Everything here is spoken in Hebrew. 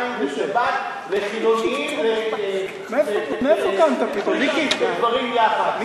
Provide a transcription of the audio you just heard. ירושלים בשבת לחילונים, לנשים וגברים יחד.